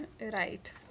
Right